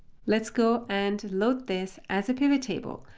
let's go and load this as a pivottable.